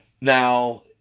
Now